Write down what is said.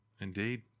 Indeed